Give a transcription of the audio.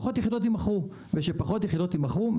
פחות יחידות ימכרו וכשפחות מכירות ימכרו,